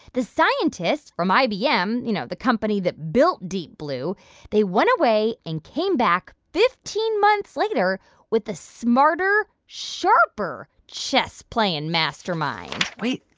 the scientists from ibm you know, the company that built deep blue they went away and came back fifteen months later with a smarter, sharper chess-playing mastermind wait.